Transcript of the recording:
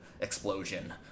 explosion